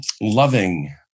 loving